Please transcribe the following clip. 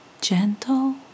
gentle